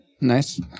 nice